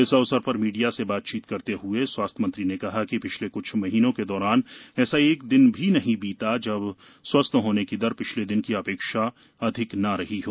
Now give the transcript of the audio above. इस अवसर पर मीडिया से बातचीत करते हुए स्वास्थ्य मंत्री ने कहा कि पिछले कुछ महीनों के दौरान ऐसा एक दिन भी नहीं बीता जब स्वस्थ होने की दर पिछले दिन की अपेक्षा अधिक न रही हो